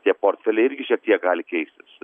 tie portfeliai irgi šiek tiek gali keistis